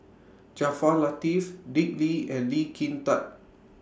Jaafar Latiff Dick Lee and Lee Kin Tat